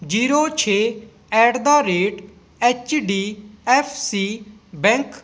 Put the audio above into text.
zero ਛੇ at the rate H D F C bank